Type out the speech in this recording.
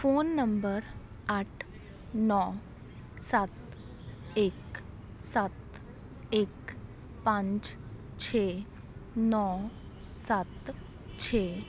phone number ਅੱਠ ਨੌ ਸੱਤ ਇੱਕ ਸੱਤ ਇੱਕ ਪੰਜ ਛੇ ਨੌ ਸੱਤ ਛੇ